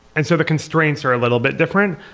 and so the constraints are a little bit different.